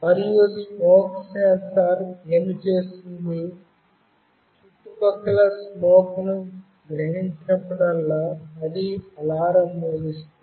మరియు smoke sensor ఏమి చేస్తుంది చుట్టుపక్కల స్మోక్ ను గ్రహించినప్పుడల్లా అది అలారం మ్రోగిస్తుంది